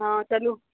हँ चलू